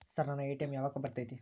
Sir ನನ್ನ ATM ಯಾವಾಗ ಬರತೈತಿ?